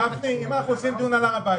אם אנחנו עושים דיון על הר הבית,